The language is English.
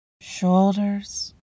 Shoulders